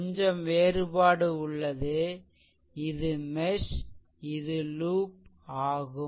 கொஞ்சம் வேறுபாடு உள்ளது இது மெஷ் இது லூப் ஆகும்